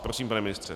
Prosím, pane ministře.